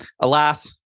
alas